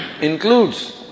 includes